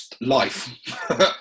life